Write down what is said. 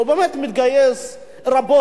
שהוא באמת מתגייס רבות,